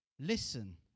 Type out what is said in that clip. Listen